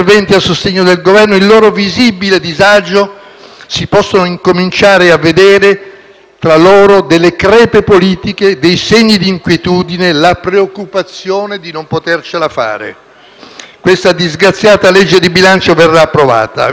Questa disgraziata legge di bilancio verrà approvata. L'Italia eviterà l'esercizio provvisorio, ma il trauma di questi giorni avrà effetti politici rilevanti, signor Ministro, soprattutto nella coesione dei Gruppi MoVimento 5 Stelle e Lega.